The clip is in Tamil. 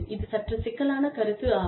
இது சற்று சிக்கலான கருத்து ஆகும்